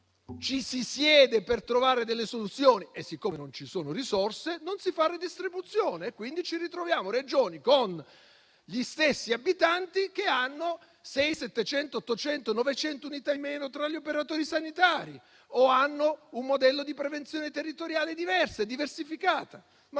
ci si sieda per trovare delle soluzioni e siccome non ci sono risorse, non si fa ridistribuzione. Quindi, ci ritroviamo Regioni con lo stesso numero di abitanti che hanno tra le 600 e le 900 unità in meno tra gli operatori sanitari o un modello di prevenzione territoriale diverso e diversificato. Ma